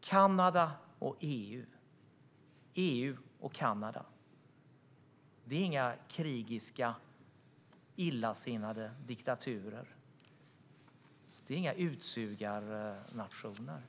Kanada och EU; EU och Kanada. Det här handlar inte om några krigiska, illasinnade diktaturer. Det rör sig inte om några utsugarnationer.